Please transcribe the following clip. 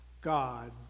God